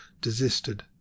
desisted